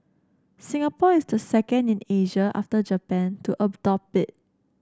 Singapore is the second in Asia after Japan to adopt it